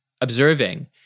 observing